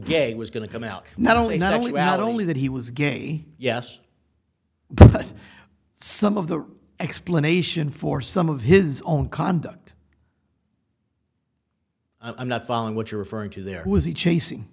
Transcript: gay was going to come out not only not only not only that he was gay yes but some of the explanation for some of his own conduct i'm not following what you're referring to there was a chasing